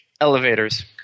Elevators